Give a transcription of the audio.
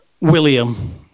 William